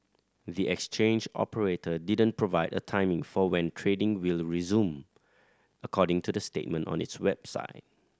the exchange operator didn't provide a timing for when trading will resume according to the statement on its website